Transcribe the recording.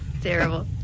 terrible